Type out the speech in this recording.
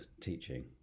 teaching